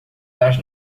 das